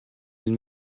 elle